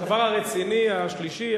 הדבר הרציני השלישי,